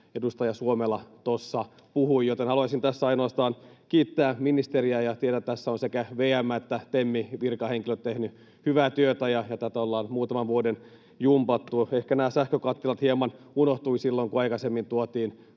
edustaja Suomela puhui. Haluaisinkin tässä ainoastaan kiittää ministeriä. Tiedän, että tässä ovat sekä VM:n että TEMin virkahenkilöt tehneet hyvää työtä ja tätä ollaan muutama vuosi jumpattu. Ehkä nämä sähkökattilat hieman unohtuivat silloin, kun aikaisemmin tuotiin